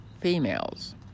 females